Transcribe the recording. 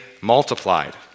multiplied